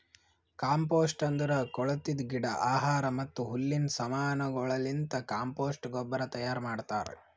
compost ಅಂದುರ್ ಕೊಳತಿದ್ ಗಿಡ, ಆಹಾರ ಮತ್ತ ಹುಲ್ಲಿನ ಸಮಾನಗೊಳಲಿಂತ್ ಕಾಂಪೋಸ್ಟ್ ಗೊಬ್ಬರ ತೈಯಾರ್ ಮಾಡ್ತಾರ್